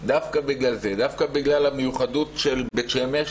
דווקא בגלל המיוחדות של בית שמש.